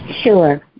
Sure